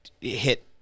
hit